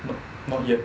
nope not yet